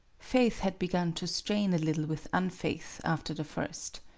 faith had begun to strain a little with unfaith, after the first.